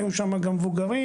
היו שם גם מבוגרים,